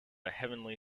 heavenly